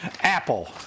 apple